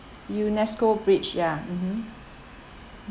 UNESCO bridge ya mmhmm